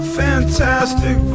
fantastic